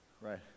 right